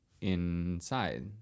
inside